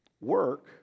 Work